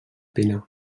pinar